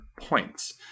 points